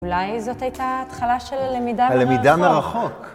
אולי זאת הייתה התחלה של למידה מרחוק.